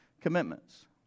commitments